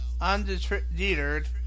undeterred